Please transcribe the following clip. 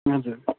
हजुर